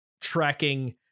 tracking